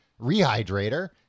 rehydrator